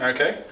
Okay